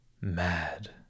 mad